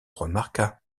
remarqua